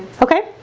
okay